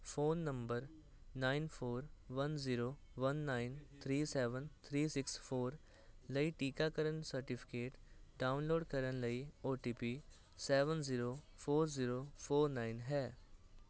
phone number nine four one zero one nine three seven three six four ਲਈ ਟੀਕਾਕਰਨ certificate download ਕਰਨ ਲਈ O T P seven zero four zero four nine ਹੈ